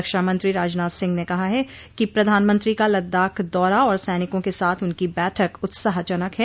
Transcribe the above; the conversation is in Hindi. रक्षामंत्री राजनाथ सिंह ने कहा है कि प्रधानमंत्री का लद्दाख दौरा और सैनिकों के साथ उनकी बैठक उत्साह जनक है